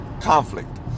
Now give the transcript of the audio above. conflict